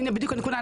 והנה בדיוק הנקודה,